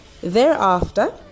thereafter